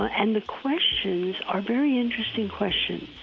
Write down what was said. ah and the questions are very interesting questions.